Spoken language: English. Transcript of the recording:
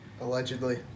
Allegedly